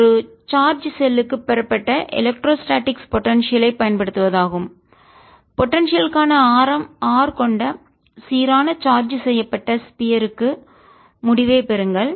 ஒரு சார்ஜ் ஷெல்லுக்கு பெறப்பட்ட எலக்ட்ரோஸ்டாடிக்ஸ் போடன்சியல் ஐ பயன்படுத்துவதாகும் போடன்சியல் க்கான ஆரம் r கொண்ட சீரான சார்ஜ் செய்யப்பட்ட ஸ்பியர் க்கு கோளத்திற்கான முடிவைப் பெறுங்கள்